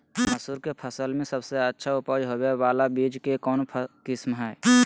मसूर के फसल में सबसे अच्छा उपज होबे बाला बीज के कौन किस्म हय?